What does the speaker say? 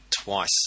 twice